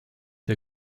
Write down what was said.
der